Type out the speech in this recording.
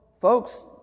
folks